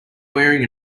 wearing